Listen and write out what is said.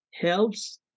helps